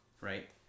Right